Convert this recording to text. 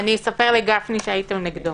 אני אספר לגפני שהייתם נגדו.